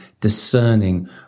discerning